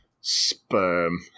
Sperm